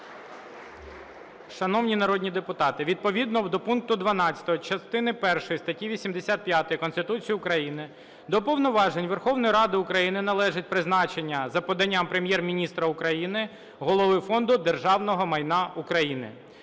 Шановні народні депутати, відповідно до пункту 12 частини першої статті 85 Конституції України до повноважень Верховної Ради України належить призначення за поданням Прем'єр-міністра України Голови Фонду державного майна України.